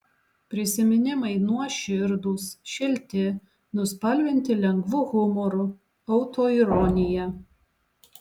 prisiminimai nuoširdūs šilti nuspalvinti lengvu humoru autoironija